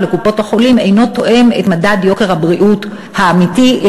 לקופות-החולים אינו תואם את מדד יוקר הבריאות האמיתי,